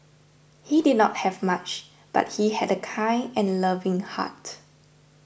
he did not have much but he had a kind and loving heart